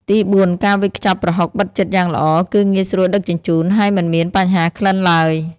ទីបួន ការវេចខ្ចប់ប្រហុកបិទជិតយ៉ាងល្អ គឺ ងាយស្រួលដឹកជញ្ជូន ហើយមិនមានបញ្ហាក្លិនឡើយ។